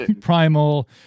primal